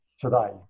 today